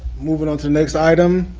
moving on to the next item,